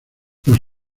los